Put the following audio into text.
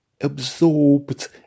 absorbed